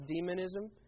demonism